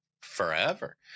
forever